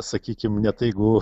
sakykim net jeigu